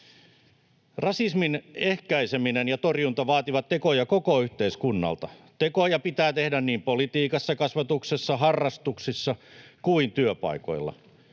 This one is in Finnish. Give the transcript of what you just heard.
Rasismin ehkäiseminen ja torjunta vaativat tekoja koko yhteiskunnalta. Tekoja pitää tehdä niin politiikassa, kasvatuksessa, harrastuksissa kuin työpaikoilla.